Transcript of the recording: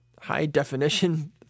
high-definition